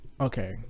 Okay